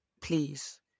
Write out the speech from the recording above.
please